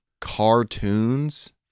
cartoons